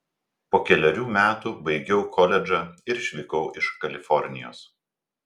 po kelerių metų baigiau koledžą ir išvykau iš kalifornijos